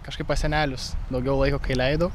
kažkaip pas senelius daugiau laiko kai leidau